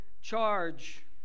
charge